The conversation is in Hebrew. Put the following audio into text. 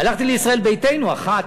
הלכתי לישראל ביתנו, אחת.